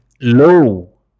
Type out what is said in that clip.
low